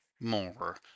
more